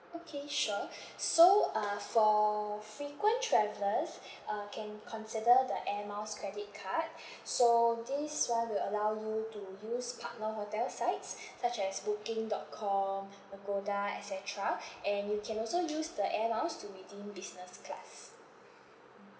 okay sure so uh for frequent travellers uh can consider the air miles credit card so this [one] will allow you to use partner hotel sites such as booking dot com Agoda et cetera and you can also use the air miles to redeem business class